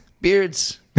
Beards